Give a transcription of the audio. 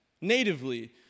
natively